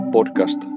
Podcast